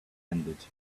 ended